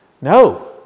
No